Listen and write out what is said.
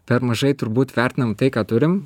per mažai turbūt vertinam tai ką turim